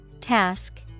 Task